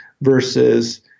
versus